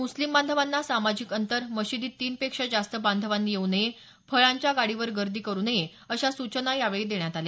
मुस्लीम बांधवांना सामाजिक अंतर मशिदीत तीन पेक्षा जास्त बांधवांनी येऊ नये फळांच्या गाडीवर गर्दी नये अशा सूचना देण्यात आल्या